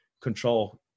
control